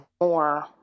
more